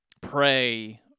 Pray